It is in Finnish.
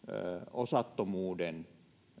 osattomuuden